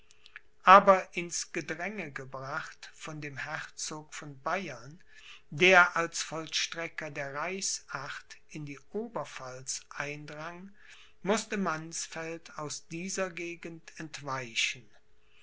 aber ins gedränge gebracht von dem herzog von bayern der als vollstrecker der reichsacht in die oberpfalz eindrang mußte mannsfeld aus dieser gegend entweichen